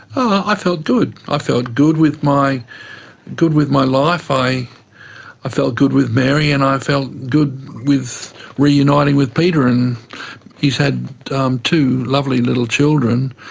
i felt good. i felt good with my good with my life, i felt good with mary, and i felt good reuniting with peter. and he's had um two lovely little children,